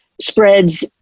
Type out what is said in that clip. spreads